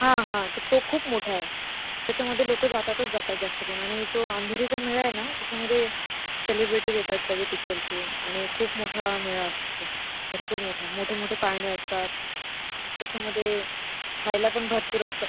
हां हां तर तो खूप मोठा आहे त्याच्यामध्ये लोक जातातच जातात जास्त करून आणि तो अंधेरीचा मेळा आहे ना त्याच्यामध्ये सेलिब्रिटीज येतात सगळे पिक्चरचे आणि खूप मोठा मेळा असतो भरपूर मोठा मोठे मोठे पाळणे असतात त्याच्यामध्ये खायला पण भरपूर असतं